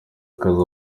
akazi